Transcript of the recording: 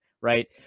right